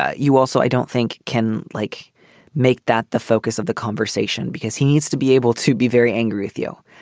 ah you also, i don't think can like make that the focus of the conversation because he needs to be able to be very angry with you.